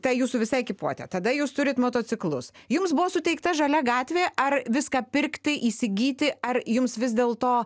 ta jūsų visa ekipuotė tada jūs turit motociklus jums buvo suteikta žalia gatvė ar viską pirkti įsigyti ar jums vis dėlto